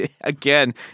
again